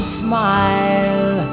smile